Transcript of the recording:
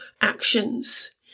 actions